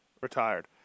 retired